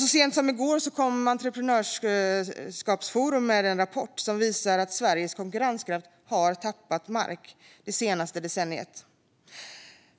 Så sent som i går kom Entreprenörskapsforum med en rapport som visar att Sveriges konkurrenskraft har tappat mark det senaste decenniet.